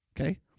okay